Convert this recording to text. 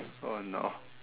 oh no